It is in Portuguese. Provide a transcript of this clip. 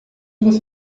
você